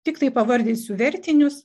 tiktai pavardinsiu vertinius